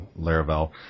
Laravel